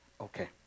Okay